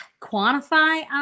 quantify